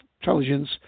intelligence